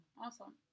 Awesome